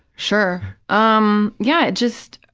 sure. um yeah, it just,